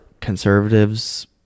conservatives